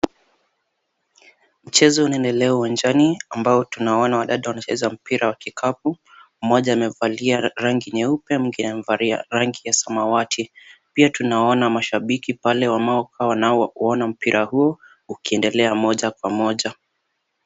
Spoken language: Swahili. Mchezo unaendelea uwanjani ambao tunaona wanadada wanacheza mpira wa kikapu, mmoja amevalia rangi nyeupe, mwingine amevalia rangi ya samawati, pia tunaona mashabiki pale wanaokaa wanaouona mpira huu ukiendelea moja kwa moja.